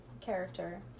character